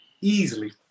easily